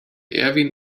erwin